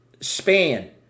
Span